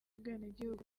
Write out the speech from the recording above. ubwenegihugu